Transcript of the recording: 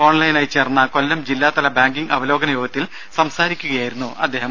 online ആയി ചേർന്ന കൊല്ലം ജില്ലാതല ബാങ്കിങ്ങ് അവലോകന യോഗത്തിൽ സംസാരിക്കുകയായിരുന്നു അദ്ദേഹം